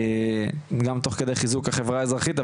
גם תוך כדי חיזוק החברה האזרחית,